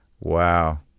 Wow